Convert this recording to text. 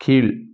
கீழ்